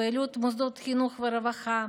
פעילות מוסדות חינוך ורווחה,